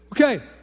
Okay